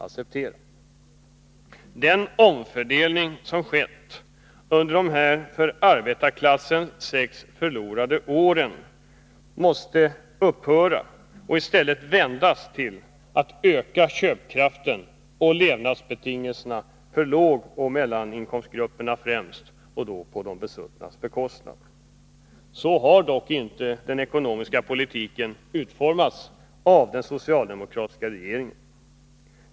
Nr 50 Den omfördelning som skett under dessa sex för arbetarklassen förlorade Onsdagen den år måste upphöra och i stället vändas till att öka köpkraften och 15 december 1982 levnadsbetingelserna för främst lågoch mellaninkomstgrupperna, på de besuttnas bekostnad. Så har dock inte den ekonomiska politiken utformats av den socialdemokratiska regeringen.